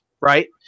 right